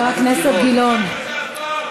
חבר הכנסת גילאון.